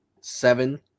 seven